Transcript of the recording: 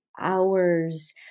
hours